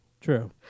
True